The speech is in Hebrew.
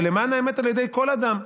ולמען האמת על ידי כל אדם,